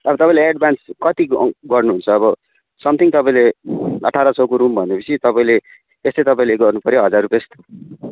अब तपाईँले एडभान्स कति गर गर्नुहुन्छ अब समथिङ तपाईँले अठार सौको रुम भनेपछि तपाईँले यस्तै तपाईँले गर्नुपऱ्यो हजार रुपियाँ जस्तो